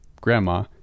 grandma